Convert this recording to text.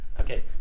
Okay